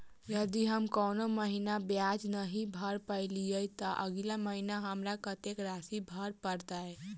यदि हम कोनो महीना ब्याज नहि भर पेलीअइ, तऽ अगिला महीना हमरा कत्तेक राशि भर पड़तय?